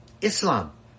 Islam